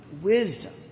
wisdom